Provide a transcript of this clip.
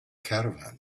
caravan